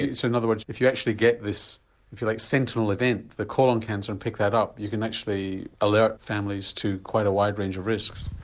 so in other words if you actually get this if you like sentinel event, the colon cancer and pick that up, you can actually alert families to quite a wide range of risks?